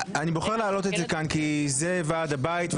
אני בוחר להעלות את זה כאן כי זה ועד הבית,